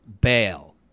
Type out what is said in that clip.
bail